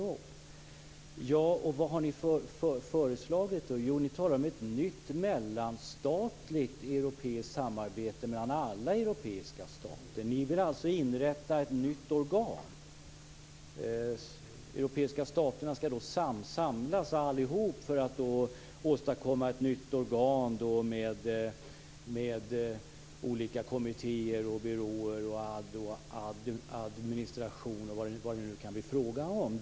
Ja, och vad har ni då föreslagit? Jo, ni talar om ett nytt mellanstatligt Europasamarbete mellan alla europeiska stater. Ni vill alltså inrätta ett nytt organ. Alla de europeiska staterna skall då samlas för att åstadkomma ett nytt organ med olika kommittéer, byråer, administration och annat.